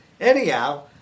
Anyhow